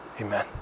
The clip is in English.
Amen